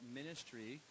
ministry